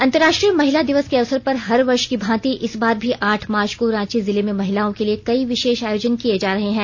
अंतर्राष्ट्रीय महिला दिवस के अवसर पर हर वर्ष की भांति इस बार भी आठ मार्च को रांची जिले में महिलाओं के लिए कई विशेष आयोजन किये जा रहे हैं